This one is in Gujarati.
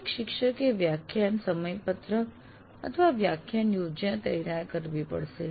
દરેક શિક્ષકે વ્યાખ્યાન સમયપત્રકવ્યાખ્યાન યોજના તૈયાર કરવી પડશે